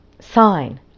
sign